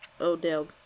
Odell